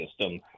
system